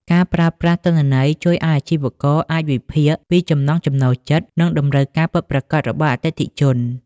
ការប្រើប្រាស់ទិន្នន័យជួយឱ្យអាជីវករអាចវិភាគពីចំណង់ចំណូលចិត្ត និងតម្រូវការពិតប្រាកដរបស់អតិថិជន។